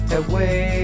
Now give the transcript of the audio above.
away